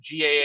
GAA